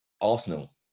Arsenal